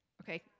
Okay